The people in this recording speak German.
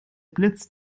blitz